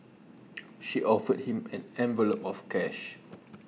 she offered him an envelope of cash